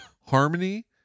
harmony